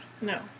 No